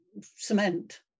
cement